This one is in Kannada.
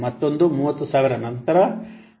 ಮತ್ತೊಂದು 30000 ಮತ್ತು ನಂತರ 30000